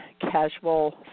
casual